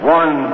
one